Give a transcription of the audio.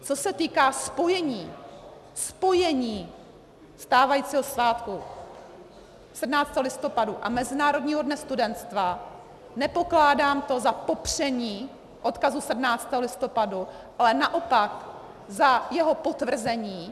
Co se týká spojení, spojení stávajícího svátku 17. listopadu a Mezinárodního dne studentstva, nepokládám to za popření odkazu 17. listopadu, ale naopak za jeho potvrzení.